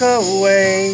away